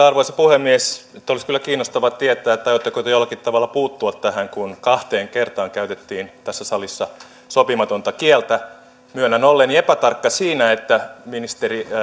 arvoisa puhemies nyt olisi kyllä kiinnostavaa tietää aiotteko te jollakin tavalla puuttua tähän kun kahteen kertaan käytettiin tässä salissa sopimatonta kieltä myönnän olleeni epätarkka siinä että ministeri